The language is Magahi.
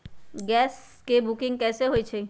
गैस के बुकिंग कैसे होईछई?